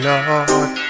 Lord